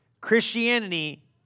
Christianity